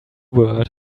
word